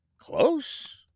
close